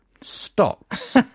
stocks